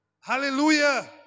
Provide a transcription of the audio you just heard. Hallelujah